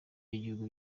y’igihugu